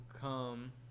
come